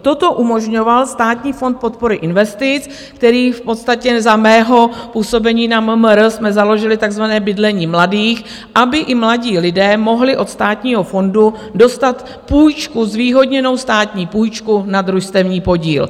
Toto umožňoval Státní fond podpory investic, který v podstatě za mého působení na MMR jsme založili takzvané Bydlení mladých, aby i mladí lidé mohli od Státního fondu dostat půjčku, zvýhodněnou státní půjčku na družstevní podíl.